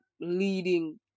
leading